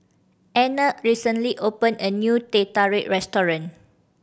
Anna recently open a new Teh Tarik restaurant